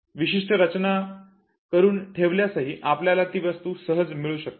विशिष्ट रचना करून ठेवल्यासही आपल्याला ती वस्तू सहज मिळू शकते